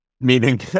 meaning